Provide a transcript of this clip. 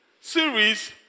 series